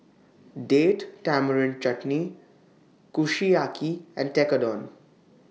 Date Tamarind Chutney Kushiyaki and Tekkadon